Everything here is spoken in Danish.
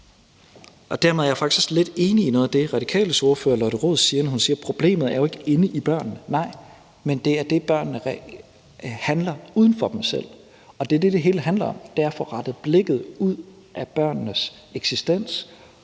Dermed er jeg faktisk lidt enig i noget af det, Radikales ordfører, Lotte Rod, siger, når hun siger: Problemet er jo ikke inde i børnene. Nej, men det er det, at børnene handler uden for dem selv, og det er det, det hele handler om. Det er at få rettet blikket ud af elevernes eksistens